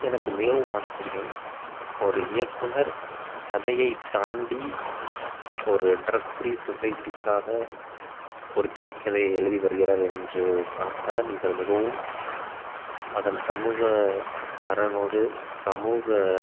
எனக்கு மிகவும் ஆச்சரியம் ஒரு இயக்குனர் கதையை தாண்டி ஒரு ட்ரக் ஃப்ரீ சொசைட்டிகாக ஒரு திரைக்கதையை எழுதி வருகிறார் என்று பார்த்தால் இவர் மிகவும் அதன் சமூக அரனோடு சமூக